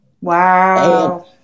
Wow